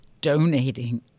donating